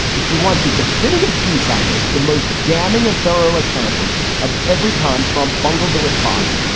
if you want the definitive piece on this, the most damning and thorough accounting of every time trump bungled the response,